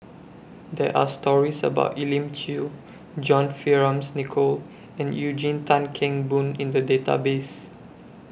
There Are stories about Elim Chew John Fearns Nicoll and Eugene Tan Kheng Boon in The Database